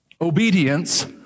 Obedience